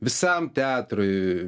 visam teatrui